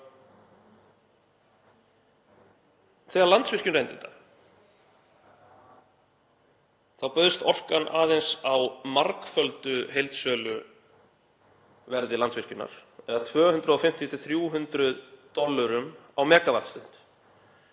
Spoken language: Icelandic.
Þegar Landsvirkjun reyndi þetta þá bauðst orkan aðeins á margföldu heildsöluverði Landsvirkjunar, eða 250–300 dollurum á megavattstund.